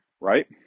right